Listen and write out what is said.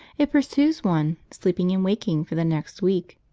it pursues one, sleeping and waking, for the next week.